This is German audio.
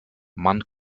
man